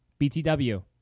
BTW